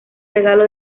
regalo